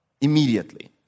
immediately